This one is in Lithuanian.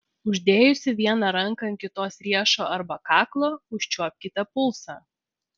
uždėjusi vieną ranką ant kitos riešo arba kaklo užčiuopkite pulsą